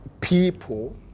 people